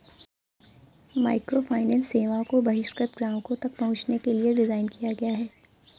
microfinance सेवाओं को बहिष्कृत ग्राहकों तक पहुंचने के लिए डिज़ाइन किया गया है